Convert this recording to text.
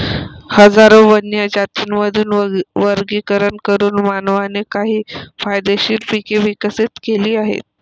हजारो वन्य जातींमधून वर्गीकरण करून मानवाने काही फायदेशीर पिके विकसित केली आहेत